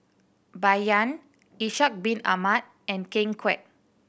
Bai Yan Ishak Bin Ahmad and Ken Kwek